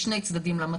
כי יש שני צדדים למטבע.